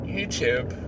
YouTube